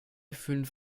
fünf